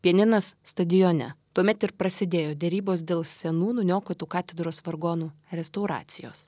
pianinas stadione tuomet ir prasidėjo derybos dėl senų nuniokotų katedros vargonų restauracijos